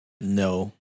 No